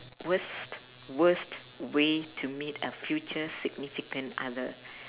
worst worst way to meet a future significant other